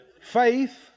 Faith